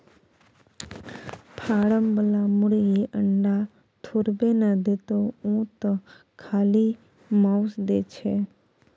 form बला मुरगी अंडा थोड़बै न देतोउ ओ तँ खाली माउस दै छै